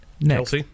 Next